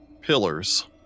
pillars